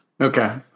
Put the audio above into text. Okay